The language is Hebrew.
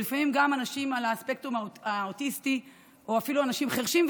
ולפעמים גם אנשים על הספקטרום האוטיסטי או אפילו אנשים חירשים,